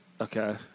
Okay